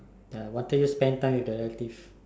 ya what do you spend time with your relatives